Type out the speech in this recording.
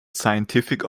scientific